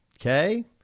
Okay